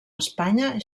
espanya